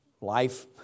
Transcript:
life